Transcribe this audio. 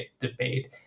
debate